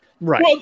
Right